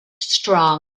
strong